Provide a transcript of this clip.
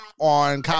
on